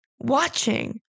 watching